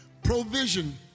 Provision